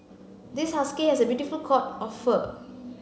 this husky has a beautiful coat of fur